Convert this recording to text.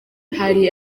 hari